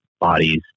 Bodies